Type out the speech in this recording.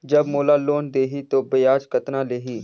जब मोला लोन देही तो ब्याज कतना लेही?